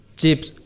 chips